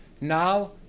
Now